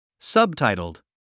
Subtitled